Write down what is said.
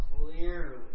clearly